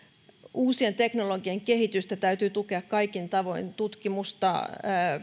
uusien teknologioiden kehitystä täytyy tukea kaikin tavoin tutkimusta